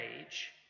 age